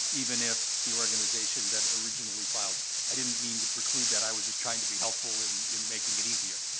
even if the organization that originally filed i didn't mean to preclude that. i was just trying to be helpful in in making it easier.